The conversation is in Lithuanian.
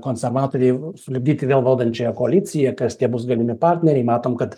konservatoriai sulipdyti vėl valdančiąją koaliciją kas tie bus galimi partneriai matom kad